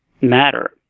matter